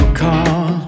call